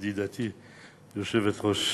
ידידתי היושבת-ראש,